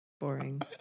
boring